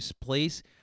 place